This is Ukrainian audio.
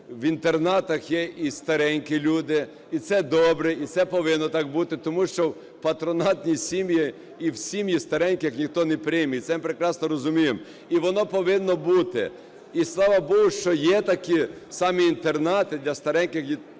в інтернатах є і старенькі люди, і це добре, і це повинно так бути. Тому що в патронатні сім'ї і в сім'ї стареньких ніхто не прийме, і це ми прекрасно розуміємо. І воно повинно бути. І слава Богу, що є такі самі інтернати для стареньких людей.